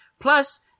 Plus